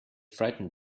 frightened